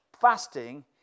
fasting